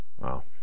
Wow